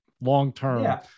long-term